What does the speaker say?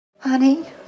Honey